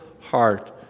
heart